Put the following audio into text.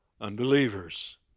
unbelievers